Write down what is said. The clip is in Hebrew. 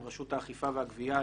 עם רשות האכיפה והגבייה,